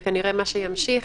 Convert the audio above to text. וכנראה מה שימשיך,